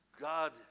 God